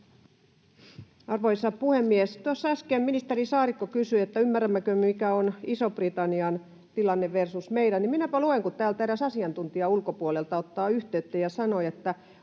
Arvoisa puhemies! Tuossa äsken ministeri Saarikko kysyi, että ymmärrämmekö me, mikä on Ison-Britannian tilanne versus meidän, niin minäpä luen, kun täältä eräs asiantuntija ulkopuolelta otti yhteyttä ja sanoi: